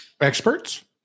Experts